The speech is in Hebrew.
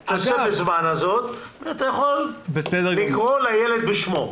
אתה יכול לקרוא לילד בשמו.